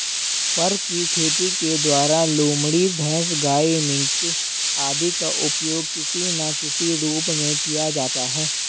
फर की खेती के द्वारा लोमड़ी, भैंस, गाय, मिंक आदि का उपयोग किसी ना किसी रूप में किया जाता है